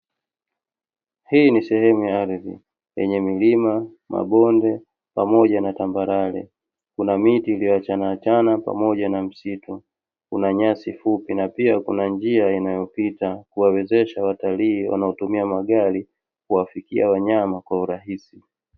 Hii ni sehemu ya ardhi yenye milima, mabonde pamoja na tambarare. Kuna miti iliyoachanaachana pamoja na msitu. Kuna nyasi fupi na pia njia inayopita kuwawezesha watalii, wanaotumia magari kuwafikia wanyama kwa urahisi.